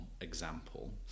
example